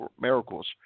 miracles